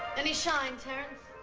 any shine terence?